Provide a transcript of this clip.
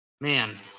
Man